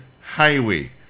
Highway